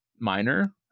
minor